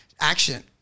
action